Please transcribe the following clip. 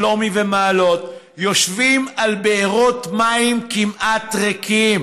שלומי ומעלות יושבים על בארות מים כמעט ריקים.